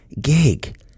gig